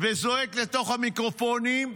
וזועק לתוך המיקרופונים: